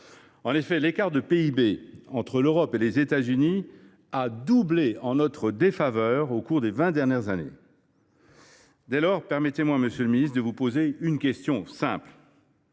En effet, l’écart de PIB entre l’Europe et les États Unis a doublé en notre défaveur au cours des vingt dernières années ! Dès lors, permettez moi, monsieur le ministre, de vous poser une question simple